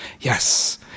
Yes